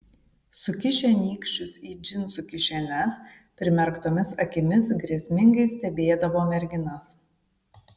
sukišę nykščius į džinsų kišenes primerktomis akimis grėsmingai stebėdavo merginas